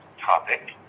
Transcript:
topic